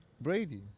Brady